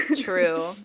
True